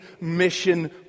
mission